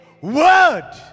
word